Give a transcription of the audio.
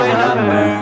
number